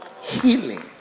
Healing